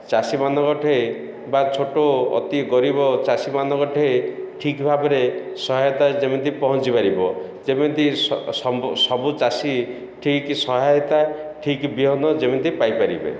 ଚାଷୀମାନଙ୍କଠେ ବା ଛୋଟ ଅତି ଗରିବ ଚାଷୀମାନଙ୍କଠେ ଠିକ୍ ଭାବରେ ସହାୟତା ଯେମିତି ପହଞ୍ଚିପାରିବ ଯେମିତି ସବୁ ଚାଷୀ ଠିକ୍ ସହାୟତା ଠିକ୍ ବିହନ ଯେମିତି ପାଇପାରିବେ